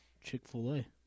Chick-fil-A